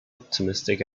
optimistic